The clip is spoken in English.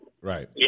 right